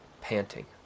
panting